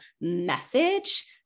message